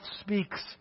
speaks